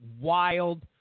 wild